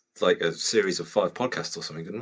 like, a series of five podcasts or something, didn't